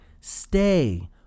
stay